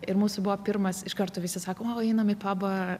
ir mūsų buvo pirmas iš karto visi sakom einam į pabą